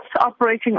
operating